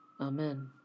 Amen